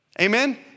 Amen